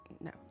No